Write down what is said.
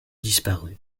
disparu